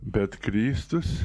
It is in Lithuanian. bet kristus